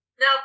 Now